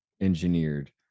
engineered